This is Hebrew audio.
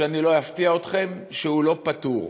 שלא אפתיע אתכם, שהוא לא פתור: